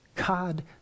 God